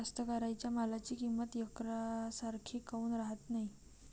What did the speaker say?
कास्तकाराइच्या मालाची किंमत यकसारखी काऊन राहत नाई?